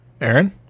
Aaron